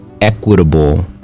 equitable